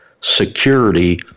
security